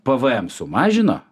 pvm sumažino